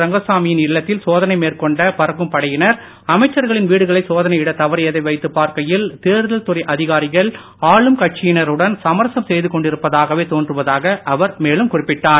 ரங்கசாமி யின் இல்லத்தில் சோதனை மேற்கொண்ட பறக்கும் படையினர் அமைச்சர்களின் வீடுகளை சோதனை இட தவறியதை வைத்துப் பார்க்கையில் தேர்தல் துறை அதிகாரிகள் ஆளும் கட்சியினருடன் சமரசம் செய்து கொண்டிருப்பதாகவே தோன்றுவதாக அவர் மேலும் குறிப்பிட்டார்